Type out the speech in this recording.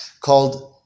called